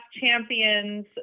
champions